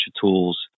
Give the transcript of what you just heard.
tools